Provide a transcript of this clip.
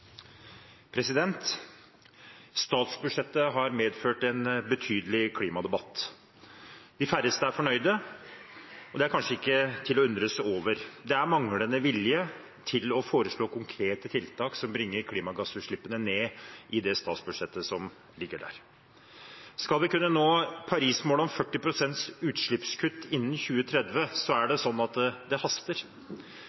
fornøyde, og det er kanskje ikke til å undre seg over. Det er manglende vilje til å foreslå konkrete tiltak som bringer klimagassutslippene ned, i det statsbudsjettet som foreligger. Skal vi kunne nå Paris-målet om 40 pst. utslippskutt innen 2030, er det